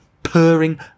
purring